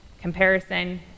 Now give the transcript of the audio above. comparison